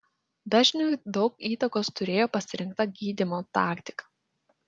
dažniui daug įtakos turėjo pasirinkta gydymo taktika